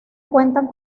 cuentan